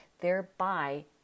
thereby